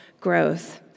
growth